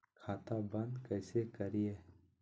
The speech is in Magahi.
खाता बंद कैसे करिए?